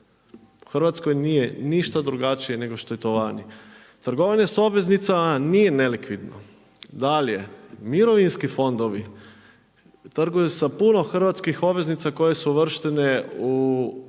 U Hrvatskoj nije ništa drugačije nego što je to vani. Trgovine s obveznicama nije nelikvidno. Dalje mirovinski fondovi trguju sa puno hrvatskih obveznica koje su uvrštene u inozemstvu